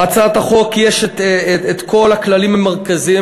בהצעת החוק יש את כל הכללים המרכזיים